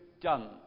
done